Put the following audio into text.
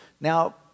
Now